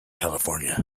california